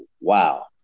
Wow